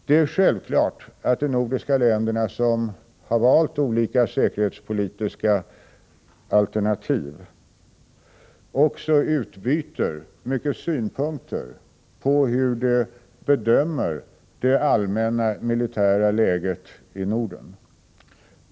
Det är självklart att de nordiska länderna, som har valt olika säkerhetspolitiska alternativ, också utbyter många synpunkter på hur de bedömer det allmänna militära läget i Norden.